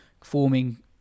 forming